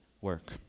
work